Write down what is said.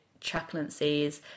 chaplaincies